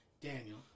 Daniel